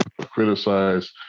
criticize